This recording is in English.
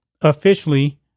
officially